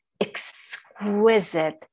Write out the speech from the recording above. exquisite